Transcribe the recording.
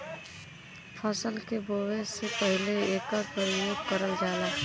फसल के बोवे से पहिले एकर परियोग करल जाला